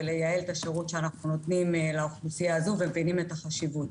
ולייעל את השירות שאנו נותנים לאוכלוסייה הזו ומבינים את החשיבות.